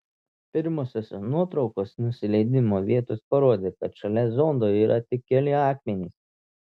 pirmosios nuotraukos iš nusileidimo vietos parodė kad šalia zondo yra tik keli akmenys